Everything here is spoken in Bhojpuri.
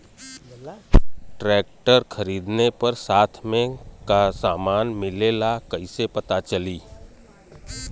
ट्रैक्टर खरीदले पर साथ में का समान मिलेला कईसे पता चली?